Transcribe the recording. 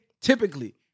typically